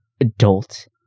adult